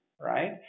right